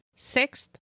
Sixth